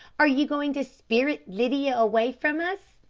are you going to spirit lydia away from us?